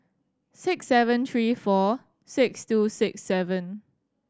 six seven three four six two six seven